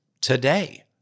today